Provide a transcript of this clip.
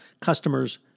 customers